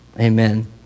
Amen